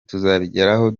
tuzabigeraho